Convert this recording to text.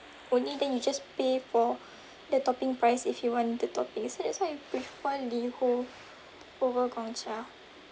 only then you just pay for the topping price if you want the toppings so that's why I prefer LiHO over Gong Cha